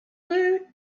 woot